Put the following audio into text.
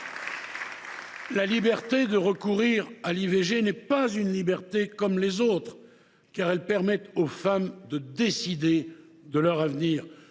La liberté de recourir à l’IVG n’est pas une liberté comme les autres, car elle permet aux femmes de décider de leur avenir.